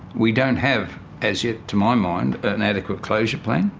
we don't have as yet to my mind an adequate closure plan,